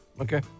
Okay